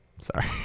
Sorry